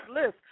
list